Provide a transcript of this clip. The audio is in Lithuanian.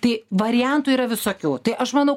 tai variantų yra visokių tai aš manau